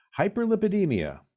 Hyperlipidemia